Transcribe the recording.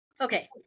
Okay